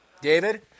David